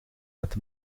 met